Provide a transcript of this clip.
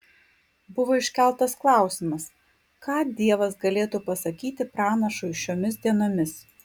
buvo iškeltas klausimas ką dievas galėtų pasakyti pranašui šiomis dienomis